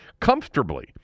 comfortably